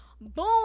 Boom